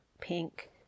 pink